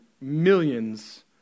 millions